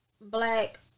black